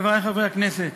חברי חברי הכנסת,